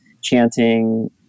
chanting